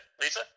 Lisa